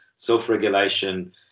self-regulation